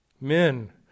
Men